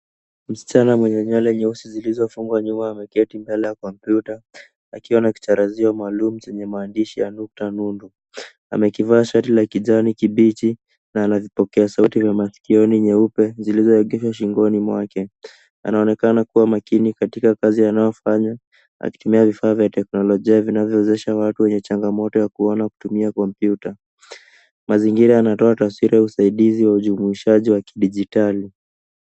Msichana mwenye nywele nyeusi zilizofanywa nyuma ameketi mbele ya kompyuta akiwa na kicharazio maalumu chenye maandishi ya nukta nundu. Amekivaa shati la kijani kibichi na ana zipokea sauti za masikioni nyeupe zilizoekeshwa shingoni mwake. Anaonekana kuwa makini katika kazi anayofanya akitumia vifaa vya teknolojia vinavyo wezesha watu wenye changamoto ya kuona kutumia kompyuta. Mazingira yanatoa taswira ya usaidizi wa ujumuishaji wa kidijitali.